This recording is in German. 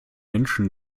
menschen